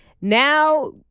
now